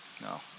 No